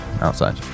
outside